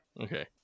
Okay